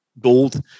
gold